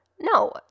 No